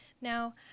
Now